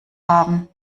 haben